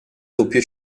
doppio